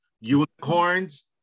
unicorns